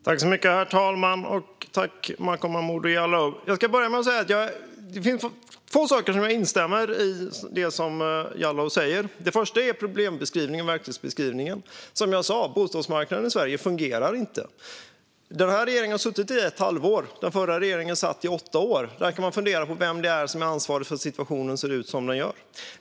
Herr talman! Jag ska börja med att säga att det är några få saker i det som Jallow säger som jag instämmer i. Först och främst gäller det problembeskrivningen och verklighetsbeskrivningen. Som jag sa fungerar inte bostadsmarknaden i Sverige. Den här regeringen har suttit i ett halvår. Den förra regeringen satt i åtta år. Då kan man fundera på vem som är ansvarig för att situationen ser ut som den gör.